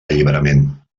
alliberament